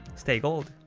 stay gold,